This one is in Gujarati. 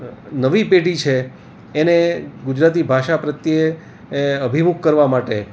નવી પેઢી છે એને ગુજરાતી ભાષા પ્રત્યે એ અભિમુખ કરવા માટે